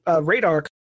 Radar